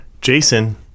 jason